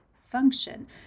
function